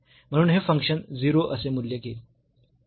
म्हणून हे फंक्शन 0 असे मूल्य घेईल